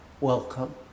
welcome